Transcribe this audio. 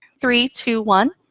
three, two, one.